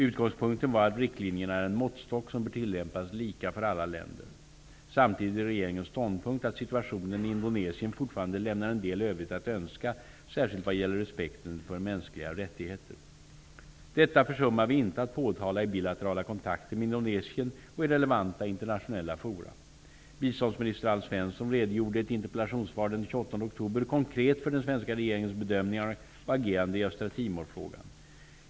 Utgångspunkten var att riktlinjerna är en måttstock som bör tillämpas lika för alla länder. Samtidigt är det regeringens ståndpunkt att situationen i Indonesien fortfarande lämnar en del övrigt att önska, särskilt vad gäller respekten för mänskliga rättigheter. Detta försummar vi inte att påtala i bilaterala kontakter med Indonesien och i relevanta internationella fora. Biståndsminister Alf Svensson redogjorde i ett interpellationssvar den 28 oktober konkret för den svenska regeringens bedömningar och agerande i Östra Timorfrågan.